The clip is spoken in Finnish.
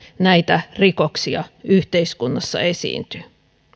näitä rikoksia yhteiskunnassa esiintyy